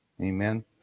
Amen